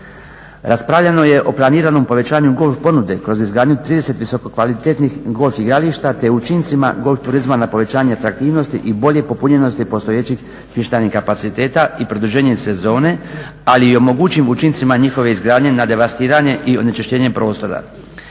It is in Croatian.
Raspravljano je o planiranom povećanju golf ponude kroz izgradnju 30 visoko kvalitetnih golf igrališta te učincima golf turizma na povećanje atraktivnosti i bolje popunjenosti postojećih smještajnih kapaciteta i produženje sezone, ali i o mogućim učincima njihove izgradnje na devastiranje i onečišćenje prostora.